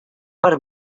per